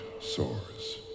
soars